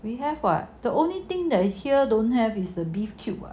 we have [what] the only thing that here don't have is the beef cube